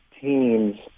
teams